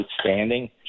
outstanding